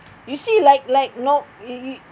you see like like nor~ it it it